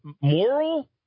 moral